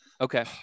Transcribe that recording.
okay